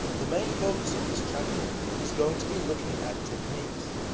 the main focus of this chapter is going to be looking at techniques.